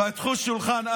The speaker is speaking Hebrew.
פתחו שולחן,